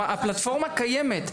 הפלטפורמה קיימת.